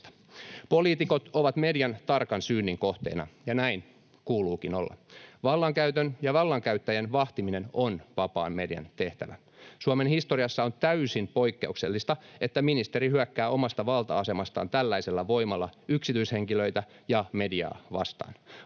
Poliitikot ovat median tarkan syynin kohteena, ja näin kuuluukin olla. Vallankäytön ja vallankäyttäjien vahtiminen on vapaan median tehtävä. Suomen historiassa on täysin poikkeuksellista, että ministeri hyökkää omasta valta-asemastaan tällaisella voimalla yksityishenkilöitä ja mediaa vastaan.